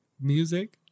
music